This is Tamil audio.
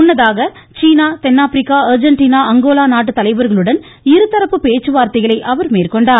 முன்னதாக சீனா தென்னாப்பிரிக்கா அர்ஜென்டினா அங்கோலா நாட்டு தலைவர்களுடன் இருதரப்பு பேச்சுவார்த்தைகளை அவர் மேற்கொண்டார்